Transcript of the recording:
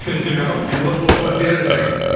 you know and what's what's the other thing?